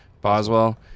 boswell